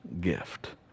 gift